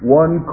one